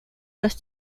los